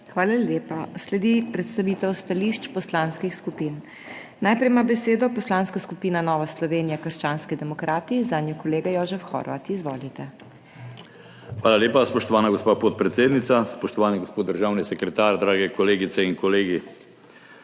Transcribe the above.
Hvala lepa. Sledi predstavitev stališč poslanskih skupin. Najprej ima besedo Poslanska skupina Nova Slovenija – krščanski demokrati, zanjo kolega Jožef Horvat. Izvolite. **JOŽEF HORVAT (PS NSi):** Hvala lepa, spoštovana gospa podpredsednica. Spoštovani gospod državni sekretar, drage kolegice in kolegi!